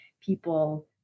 people